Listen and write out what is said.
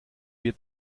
wir